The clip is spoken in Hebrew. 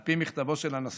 על פי מכתבו של הנשיא,